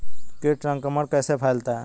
कीट संक्रमण कैसे फैलता है?